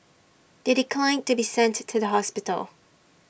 they declined to be sent to the hospital